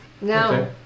No